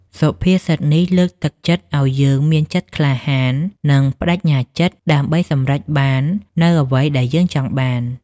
សុភាសិតនេះលើកទឹកចិត្តឲ្យយើងមានចិត្តក្លាហាន និងប្ដេជ្ញាចិត្តដើម្បីសម្រេចបាននូវអ្វីដែលយើងចង់បាន។